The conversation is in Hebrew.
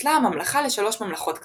התפצלה הממלכה לשלוש ממלכות קטנות,